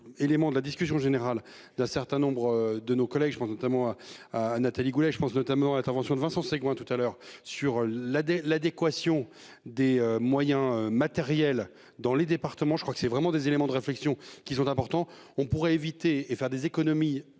Éléments de la discussion générale d'un certain nombre de nos collègues, je pense notamment. À Nathalie Goulet je pense notamment à l'intervention de Vincent Segouin tout à l'heure sur la des l'adéquation des moyens matériels dans les départements. Je crois que c'est vraiment des éléments de réflexion qui sont importants, on pourrait éviter et faire des économies